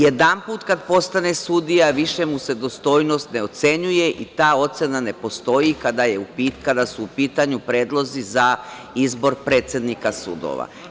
Jedanput kad postane sudija više mu se dostojnost ne ocenjuje i ta ocena ne postoji kada su u pitanju predlozi za izbor predsednika sudova.